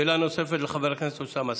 שאלה נוספת, לחבר הכנסת אוסמה סעדי.